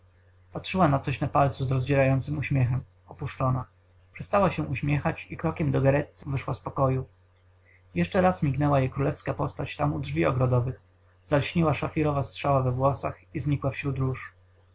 patrzyła na coś na palcu z rozdzierającym uśmiechem opuszczona przestała się uśmiechać i krokiem powolnym krokiem dogarezzy wyszła z pokoju jeszcze raz mignęła jej królewska postać tam u drzwi ogrodowych zalśniła szafirowa strzała we włosach i znikła wśród róż